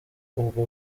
ubwo